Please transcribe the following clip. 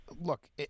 look